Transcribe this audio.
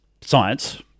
science